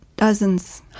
Dozens